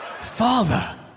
Father